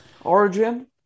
Origin